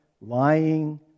lying